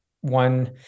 one